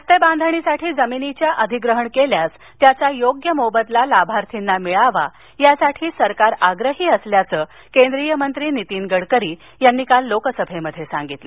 रस्तेबांधणीसाठी जमिनीच्या अधिग्रहण केल्यास त्याचा योग्य मोबदला लाभार्थ्यांना मिळावा यासाठी सरकार आग्रही असल्याचं केंद्रीय मंत्री नितीन गडकरी यांनी काल लोकसभेत सांगितलं